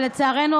ולצערנו,